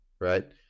right